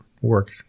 work